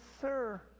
Sir